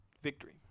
Victory